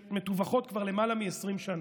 שמטווחות כבר למעלה מ-20 שנה,